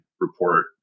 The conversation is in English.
report